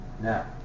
now